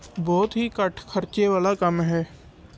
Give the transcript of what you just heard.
ਬਹੁਤ ਹੀ ਘੱਟ ਖਰਚੇ ਵਾਲਾ ਕੰਮ ਹੈ